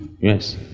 Yes